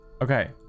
Okay